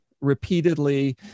repeatedly